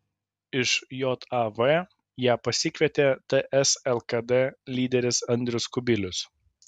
iš jav ją pasikvietė ts lkd lyderis andrius kubilius